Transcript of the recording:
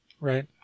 right